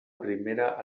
primera